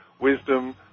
wisdom